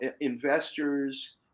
investors